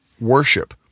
worship